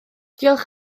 diolch